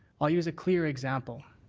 i'll use a clear example.